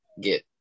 get